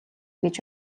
гэж